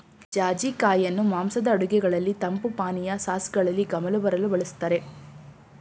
ಜಾಜಿ ಕಾಯಿಯನ್ನು ಮಾಂಸದ ಅಡುಗೆಗಳಲ್ಲಿ, ತಂಪು ಪಾನೀಯ, ಸಾಸ್ಗಳಲ್ಲಿ ಗಮಲು ಬರಲು ಬಳ್ಸತ್ತರೆ